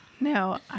No